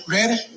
Ready